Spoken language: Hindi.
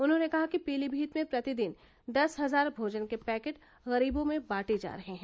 उन्होंने कहा कि पीलीमीत में प्रतिदिन दस हजार भोजन के पैकेट गरीबों में बांटे जा रहे हैं